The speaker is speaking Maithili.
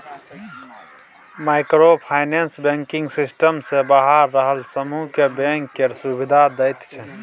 माइक्रो फाइनेंस बैंकिंग सिस्टम सँ बाहर रहल समुह केँ बैंक केर सुविधा दैत छै